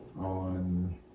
on